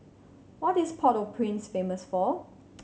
what is Port Au Prince famous for